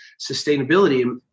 sustainability